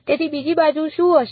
તેથી બીજી બાજુ શું હશે